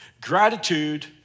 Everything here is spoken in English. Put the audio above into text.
Gratitude